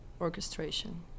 orchestration